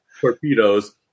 torpedoes